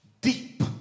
deep